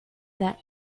that